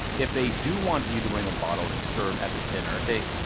if they do want you to bring a bottle to serve at the dinner, say,